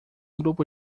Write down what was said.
grupo